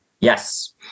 Yes